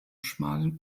schmalen